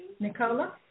Nicola